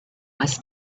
was